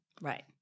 Right